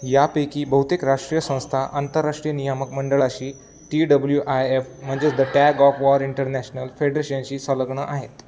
यापैकी बहुतेक राष्ट्रीय संस्था आंतरराष्ट्रीय नियामक मंडळाशी टी डब्ल्यू आय एफ म्हणजेच the tug of war international फेडरेशनशी सलग्न आहेत